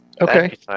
Okay